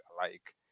alike